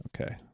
Okay